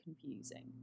confusing